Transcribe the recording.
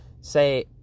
say